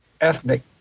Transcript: ethnic